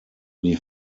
die